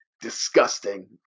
Disgusting